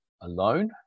alone